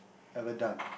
ever done